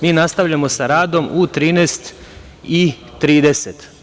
Mi nastavljamo sa radom u 13.30 časova.